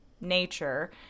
nature